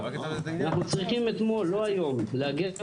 אנחנו צריכים אתמול, לא יהום, לאגד משאבים,